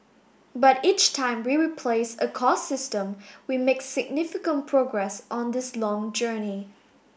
but each time we replace a core system we make significant progress on this long journey